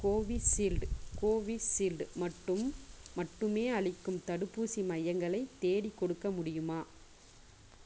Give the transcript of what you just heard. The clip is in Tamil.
கோவிஷீல்டு கோவிஷீல்டு மட்டும் மட்டுமே அளிக்கும் தடுப்பூசி மையங்களை தேடிக்கொடுக்க முடியுமா